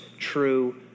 true